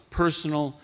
personal